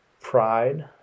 pride